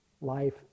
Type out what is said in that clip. Life